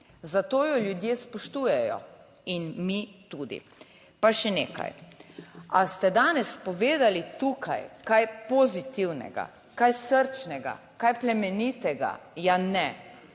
zato jo ljudje spoštujejo in mi tudi. Pa še nekaj, ali ste danes povedali tukaj kaj pozitivnega, kaj srčnega, kaj plemenitega? Ja ne,